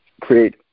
create